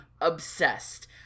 obsessed